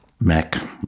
Mac